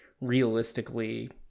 realistically